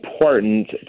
important